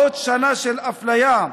עוד שנה של אפליה,